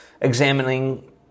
examining